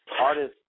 artists